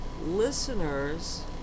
listeners